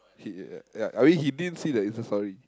he E~ E~ ya I mean he didn't see the Insta story